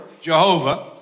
Jehovah